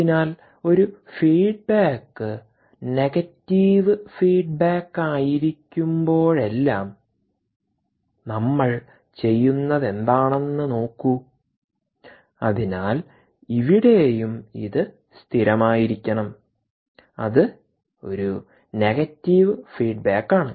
അതിനാൽ ഒരു feedback negative ഫീഡ്ബാക്കായിരിക്കുമ്പോഴെല്ലാം നമ്മൾ ചെയ്യുന്നതെന്താണെന്ന് നോക്കൂ അതിനാൽ ഇവിടെയും ഇത് സ്ഥിരമായിരിക്കണം അത് ഒരു നെഗറ്റീവ് ഫീഡ്ബാക്കാണ്